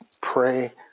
pray